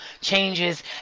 changes